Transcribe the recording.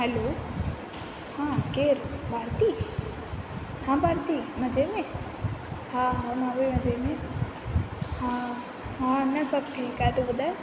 हलो हा केरु भारती हा भारती मज़े में हा हा मां बि मज़े में हा हा हा न सभु ठीकु आहे तूं ॿुधाए